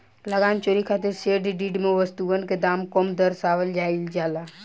लगान चोरी खातिर सेल डीड में वस्तुअन के दाम कम दरसावल जाइल जाला